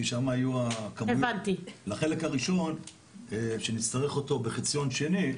את החלק הראשון נצטרך בחציון שני.